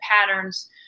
patterns